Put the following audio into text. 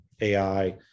AI